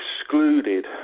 excluded